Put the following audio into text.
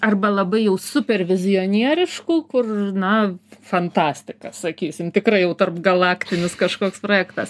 arba labai jau super vizionieriškų kur na fantastika sakysim tikrai jau tarpgalaktinis kažkoks projektas